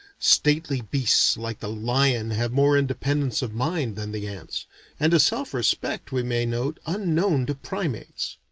stately beasts like the lion have more independence of mind than the ants and a self-respect, we may note, unknown to primates.